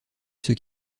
ceux